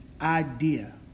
idea